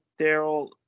Daryl